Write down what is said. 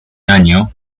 año